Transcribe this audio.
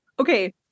okay